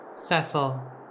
Cecil